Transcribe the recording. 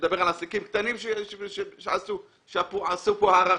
מדבר על עסקים קטנים שעשו להם פה הארכה